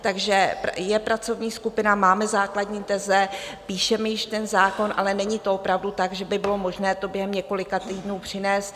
Takže je pracovní skupina, máme základní teze, píšeme již ten zákon, ale není to opravdu tak, že by bylo možné to během několika týdnů přinést.